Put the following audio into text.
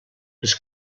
les